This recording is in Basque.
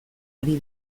ari